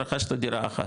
רכשת דירה אחת.